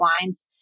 lines